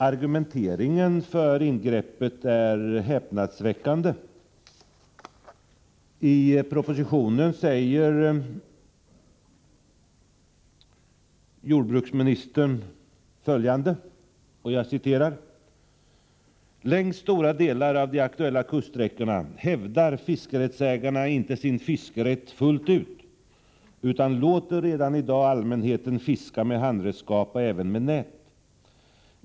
: Argumenteringen för ingreppet är häpnadsväckande. I propositionen säger jordbruksministern följande: ”Längs stora delar av de aktuella kuststräckorna hävdar fiskerättsägarna inte sin fiskerätt fullt ut utan låter redan i dag allmänheten fiska med handredskap och även med nät.